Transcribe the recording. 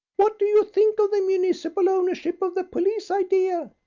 what do you think of the municipal ownership of the police idea?